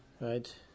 right